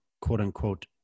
quote-unquote